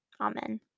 Amen